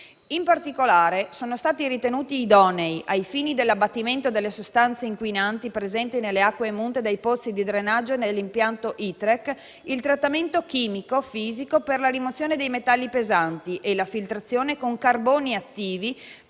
In particolare, sono stati ritenuti idonei, ai fini dell'abbattimento delle sostanze inquinanti presenti nelle acque emunte dai pozzi di drenaggio nell'impianto ITREC, il trattamento chimico-fisico per la rimozione dei metalli pesanti e la filtrazione con carboni attivi